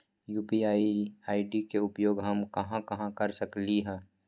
UPI ID के उपयोग हम कहां कहां कर सकली ह?